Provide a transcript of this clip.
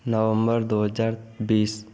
नवम्बर दो हज़ार बीस